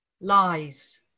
lies